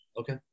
Okay